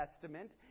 Testament